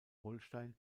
holstein